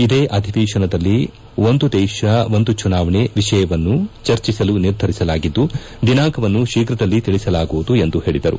ಇದೇ ಅಧಿವೇಶನದಲ್ಲಿ ಒಂದು ದೇಶ ಒಂದು ಚುನಾವಣೆ ವಿಷಯವನ್ನು ಚರ್ಚಿಸಲು ನಿರ್ಧರಿಸಲಾಗಿದ್ದು ದಿನಾಂಕವನ್ನು ಶೀಘ್ರದಲ್ಲಿ ಶಿಳಸಲಾಗುವುದು ಎಂದು ಪೇಳದರು